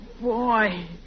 Boy